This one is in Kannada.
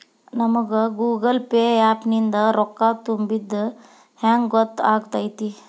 ನಮಗ ಗೂಗಲ್ ಪೇ ಆ್ಯಪ್ ನಿಂದ ರೊಕ್ಕಾ ತುಂಬಿದ್ದ ಹೆಂಗ್ ಗೊತ್ತ್ ಆಗತೈತಿ?